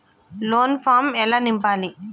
Loan form ఎలా నింపాలి?